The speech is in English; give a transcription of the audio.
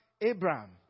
Abraham